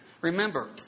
Remember